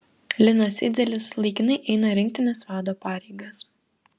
linas idzelis laikinai eina rinktinės vado pareigas